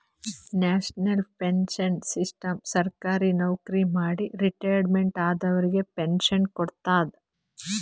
national pension system ಸರ್ಕಾರಿ ನವಕ್ರಿ ಮಾಡಿ ರಿಟೈರ್ಮೆಂಟ್ ಆದವರಿಗ್ ಪೆನ್ಶನ್ ಕೊಡ್ತದ್